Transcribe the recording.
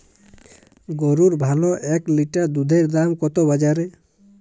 গরুর ভালো এক লিটার দুধের দাম কত বাজারে?